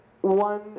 one